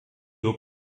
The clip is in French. aux